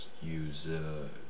use